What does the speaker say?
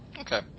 Okay